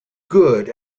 good